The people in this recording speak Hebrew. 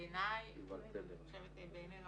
בעיניי ואני חושבת שבעיני רבים,